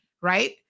Right